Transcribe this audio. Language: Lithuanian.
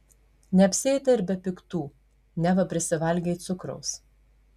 neapsieita ir be piktų neva prisivalgei cukraus